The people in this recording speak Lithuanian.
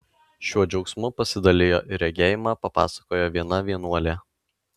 šiuo džiaugsmu pasidalijo ir regėjimą papasakojo viena vienuolė